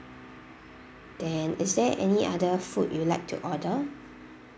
then is there any other food you'd like to order